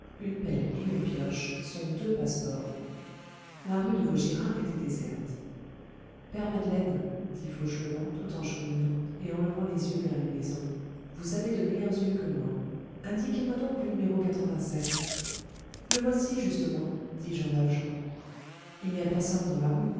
une pelle et une pioche sont deux passeports la rue de vaugirard était déserte père madeleine dit fauchelevent tout en cheminant et en levant les yeux vers les maisons vous avez de meilleurs yeux que moi indiquez-moi donc le numéro le voici justement dit jean valjean il n'y a personne dans la rue